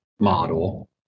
model